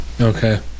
Okay